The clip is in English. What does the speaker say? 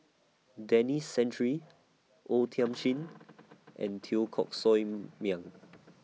Denis Santry O Thiam Chin and Teo Koh Sock Miang